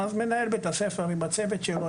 אז מנהל בית הספר עם הצוות שלו,